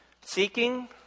seeking